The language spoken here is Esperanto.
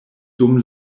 dum